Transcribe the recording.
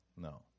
No